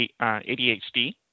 ADHD